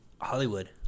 Hollywood